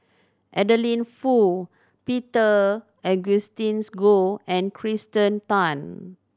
Adeline Foo Peter Augustine Goh and Kirsten Tan